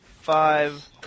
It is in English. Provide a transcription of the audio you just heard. five